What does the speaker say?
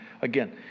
again